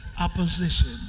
opposition